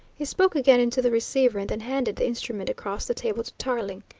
he spoke again into the receiver and then handed the instrument across the table to tarling.